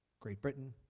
great britain,